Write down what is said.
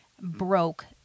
broke